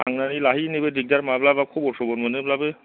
थांनानै लाहैनोबो दिगदार माब्लाबा खबर सबर मोनोब्लाबो